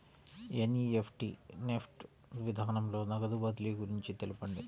NEFT NEFT విధానంలో నగదు బదిలీ గురించి తెలుపండి?